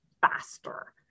faster